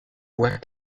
bois